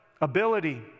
ability